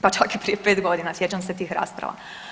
Pa čak i prije 5 godina sjećam se tih rasprava.